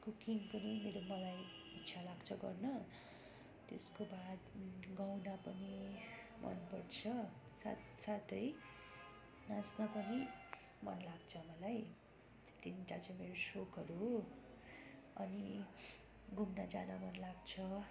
cooking पनि मेरो मलाई इच्छा लाग्छ गर्न त्यसको बाद गाउन पनि मनपर्छ साथ साथै नाच्न पनि मन लाग्छ मलाई त्यो तिनवटा चाहिँ मेरो सोखहरू हो अनि घुम्न जान मन लाग्छ